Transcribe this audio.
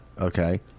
Okay